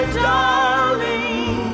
darling